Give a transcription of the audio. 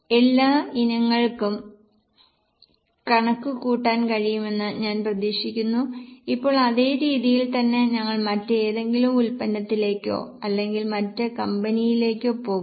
എല്ലാ ഇനങ്ങൾക്കും കണക്കുകൂട്ടാൻ കഴിയുമെന്ന് ഞാൻ പ്രതീക്ഷിക്കുന്നു ഇപ്പോൾ അതേ രീതിയിൽ തന്നെ ഞങ്ങൾ മറ്റേതെങ്കിലും ഉൽപ്പന്നത്തിലേക്കോ അല്ലെങ്കിൽ മറ്റ് കമ്പനിയിലേക്കോ പോകും